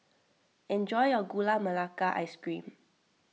enjoy your Gula Mlaka Ice Cream